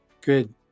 Good